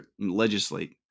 legislate